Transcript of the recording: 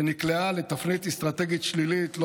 שנקלעה לתפנית אסטרטגית שלילית, תודה.